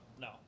no